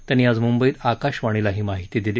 त्यांनी आज मुंबईत आकाशवाणीला ही माहिती दिली